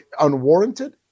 unwarranted